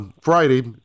Friday